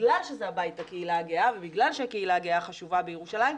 בגלל שזה הבית לקהילה הגאה ובגלל שהקהילה הגאה חשובה בירושלים,